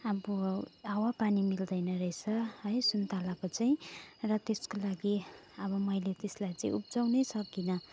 अब हावापानी मिल्दैन रहेछ है सुन्तलाको चाहिँ र त्यसको लागि अब मैले त्यसलाई चाहिँ उब्जाउनै सकिनँ